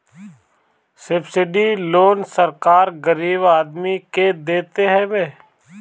subsidy loan सरकार गरीब आदमी के देत हवे